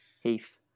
Heath